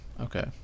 Okay